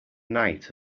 night